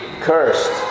cursed